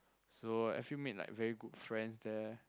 so if you meant like very good friend there